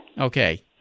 Okay